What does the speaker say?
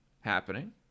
happening